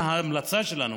מה ההמלצה שלנו?